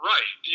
Right